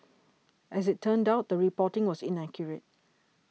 as it turned out the reporting was inaccurate